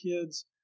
kids